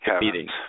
meetings